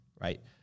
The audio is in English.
Right